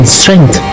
strength